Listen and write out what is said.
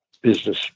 business